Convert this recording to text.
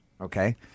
Okay